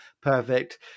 perfect